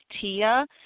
Tia